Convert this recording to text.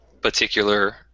particular